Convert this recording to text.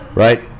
Right